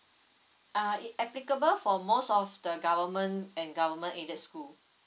uh it applicable for most of the government and government aided school